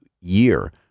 year